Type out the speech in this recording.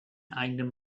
eigenen